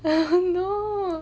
oh no